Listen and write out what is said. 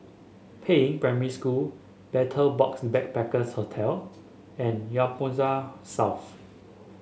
Peiying Primary School Betel Box Backpackers Hostel and Whampoa South